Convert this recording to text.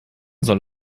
soll